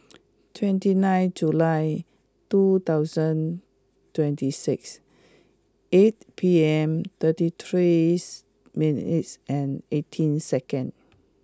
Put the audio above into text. twenty nine July two thousand twenty six eight P M thirty three minutes and eighteen second